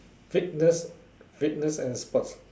fitness fitness and sports